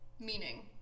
meaning